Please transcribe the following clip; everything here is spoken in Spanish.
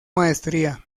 maestría